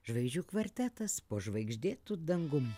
žvaigždžių kvartetas po žvaigždėtu dangum